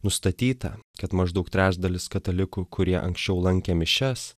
nustatyta kad maždaug trečdalis katalikų kurie anksčiau lankė mišias